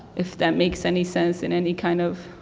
if that makes any sense in any kind of,